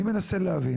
אני מנסה להבין,